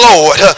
Lord